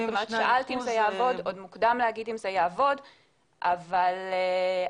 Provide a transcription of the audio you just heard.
82%. -- שאלת אם זה יעבוד עוד מוקדם להגיד אם זה יעבוד אבל אם